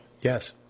Yes